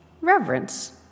reverence